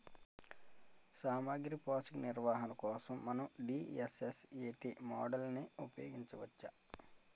సామాగ్రి పోషక నిర్వహణ కోసం మనం డి.ఎస్.ఎస్.ఎ.టీ మోడల్ని ఉపయోగించవచ్చా?